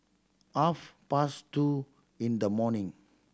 half past two in the morning